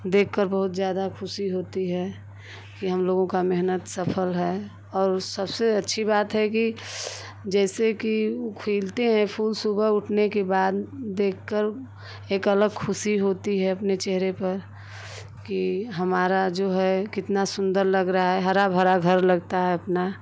देखकर बहुत ज़्यादा ख़ुशी होती है कि हमलोगों की मेहनत सफल है और सबसे अच्छी बात है कि जैसे कि खिलते हैं फूल सुबह उठने के बाद देखकर एक अलग खुशी होती है अपने चेहरे पर कि हमारा जो है कितना सुन्दर लग रहा है हरा भरा घर लगता है अपना